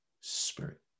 spirit